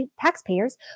taxpayers